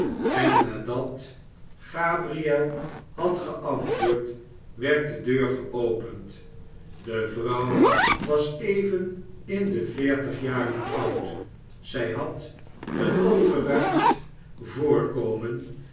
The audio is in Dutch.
en nadat gabriel had geantwoord werd de deur geopend de vrouw was even in de veertig jaren oud zij had een opgeruimd